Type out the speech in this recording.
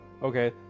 Okay